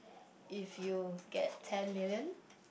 if you get ten million